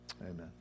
Amen